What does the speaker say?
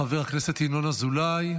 חבר הכנסת ינון אזולאי,